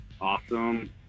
Awesome